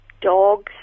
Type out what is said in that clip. dogs